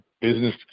business